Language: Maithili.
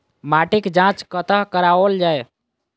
माटिक जाँच कतह कराओल जाए?